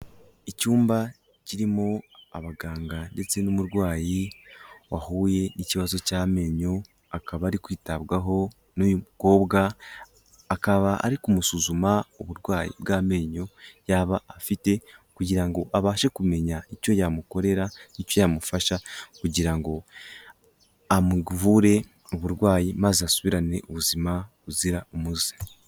Icyumba, kirimo, abaganga, ndetse n'umurwayi, wahuye n'ikibazo cy'amenyo, akaba ari kwitabwaho, n'uyu mukobwa, akaba, ari kumusuzuma, uburwayi, bw'amenyo yaba afite, kugira ngo abashe kumenya icyo yamukorera, icyo yamufasha, kugira ngo, amuvure, uburwayi, maze asubirane ubuzima, buzira umuze.